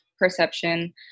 perception